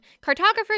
cartographers